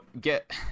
get